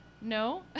no